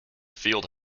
field